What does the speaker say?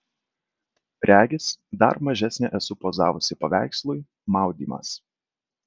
regis dar mažesnė esu pozavusi paveikslui maudymas